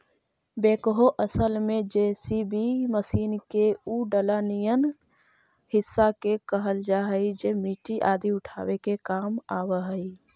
backhoe असल में JCB machine के उ डला निअन हिस्सा के कहल जा हई जे मट्टी आदि उठावे के काम आवऽ हई